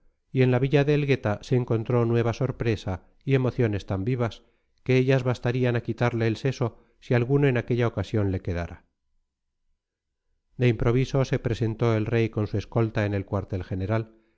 y en la villa de elgueta se encontró nueva sorpresa y emociones tan vivas que ellas bastarían a quitarle el seso si alguno en aquella ocasión le quedara de improviso se presentó el rey con su escolta en el cuartel general